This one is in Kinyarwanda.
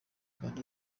rwanda